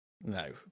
No